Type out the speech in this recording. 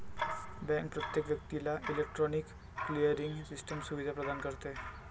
bank प्रत्येक व्यक्तीला electronic clearing system सुविधा प्रदान करते